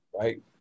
Right